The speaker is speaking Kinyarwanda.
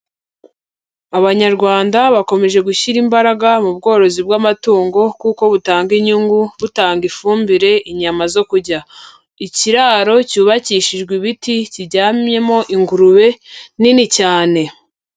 Abanyarwanda bakomeje gushyira imbaraga mu bworozi bw'amatungo kuko butanga inyungu, butanga ifumbire, inyama zo kurya, ikiraro cyubakishijwe ibiti kiryamyemo ingurube nini cyane.